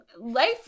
life